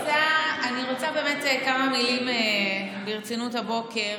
אני רוצה באמת כמה מילים ברצינות הבוקר,